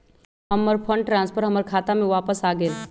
हमर fund transfer हमर खाता में वापस आ गेल